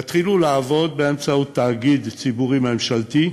יתחילו לעבוד באמצעות תאגיד ציבורי ממשלתי,